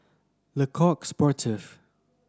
Le Coq Sportif